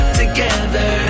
together